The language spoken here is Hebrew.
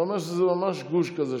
שליש סיעה זה סביר.